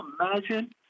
imagine